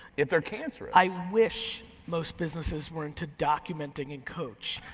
if they're cancerous. i wish most businesses were into documenting and coach.